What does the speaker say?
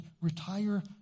retire